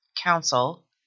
Council